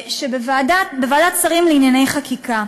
בוועדת שרים לענייני חקיקה,